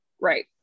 Right